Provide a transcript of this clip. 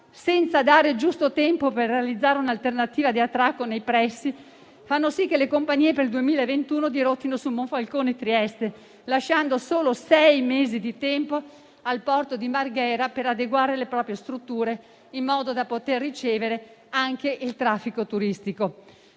senza dare il giusto tempo per realizzare una alternativa di attracco nei pressi, fanno sì che le compagnie, per il 2021, dirottino su Monfalcone e Trieste, lasciando solo sei mesi di tempo al porto di Marghera per adeguare le proprie strutture in modo da poter ricevere anche il traffico turistico.